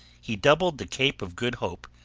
he doubled the cape of good hope,